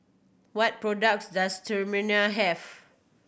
what products does have